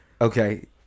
okay